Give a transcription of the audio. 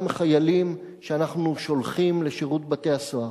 חיילים שאנחנו שולחים לשירות בתי-הסוהר.